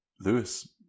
Lewis